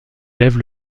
lève